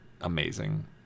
amazing